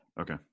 Okay